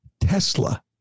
Tesla